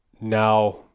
now